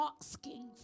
asking